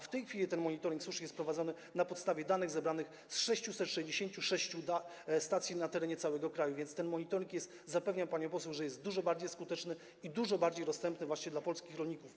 W tej chwili ten monitoring suszy jest prowadzony na podstawie danych zebranych z 666 stacji na terenie całego kraju, więc ten monitoring jest, zapewniam panią poseł, dużo bardziej skuteczny i dużo bardziej dostępny dla polskich rolników.